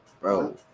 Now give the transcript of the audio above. Bro